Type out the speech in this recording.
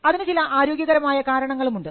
അതിന് ചില ആരോഗ്യകരമായ കാരണങ്ങളുമുണ്ട്